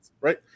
Right